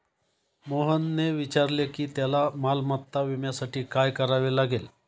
मोहनने विचारले की त्याला मालमत्ता विम्यासाठी काय करावे लागेल?